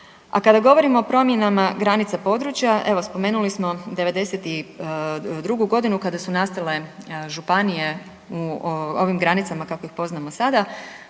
A kada govorimo o promjenama granica područja, evo, spomenuli smo 92. g. kada su nastale županije u ovim granicama kako ih poznamo sada.